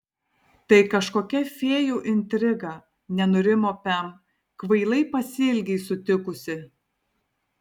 tai kažkokia fėjų intriga nenurimo pem kvailai pasielgei sutikusi